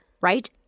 Right